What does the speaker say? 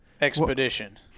Expedition